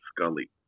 Scully